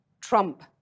trump